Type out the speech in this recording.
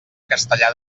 castellar